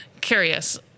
curious